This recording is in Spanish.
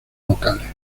vocales